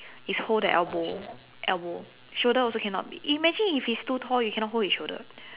it's hold the elbow elbow shoulder also cannot be imagine if he's too tall you cannot hold his shoulder